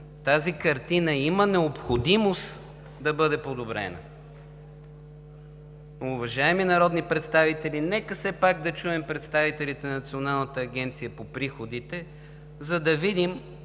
тази картина има необходимост да бъде подобрена. Уважаеми народни представители, нека все пак да чуем представителите на Националната агенция за приходите, за да видим